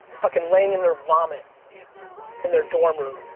fucking laying in their vomit in their dorm room.